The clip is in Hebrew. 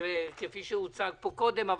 כפי שהוצג פה קודם.